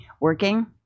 working